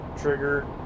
Trigger